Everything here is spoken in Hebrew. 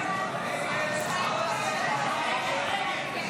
הכנסת (תיקון, הזכות להיבחר) לא נתקבלה.